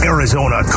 Arizona